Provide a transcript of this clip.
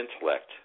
intellect